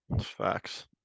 Facts